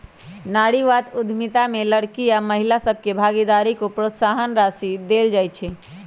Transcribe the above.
नारीवाद उद्यमिता में लइरकि आऽ महिला सभके भागीदारी को प्रोत्साहन देल जाइ छइ